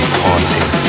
haunting